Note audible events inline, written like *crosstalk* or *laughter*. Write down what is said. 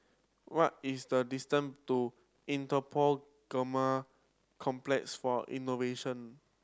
what is the distance to Interpol *unintelligible* Complex for Innovation